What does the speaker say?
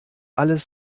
alles